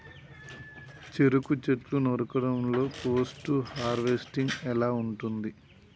చెరుకు చెట్లు నరకడం లో పోస్ట్ హార్వెస్టింగ్ ఎలా ఉంటది?